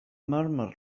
murmur